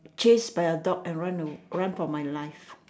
chased by a dog and run run for my life